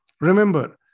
Remember